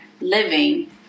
living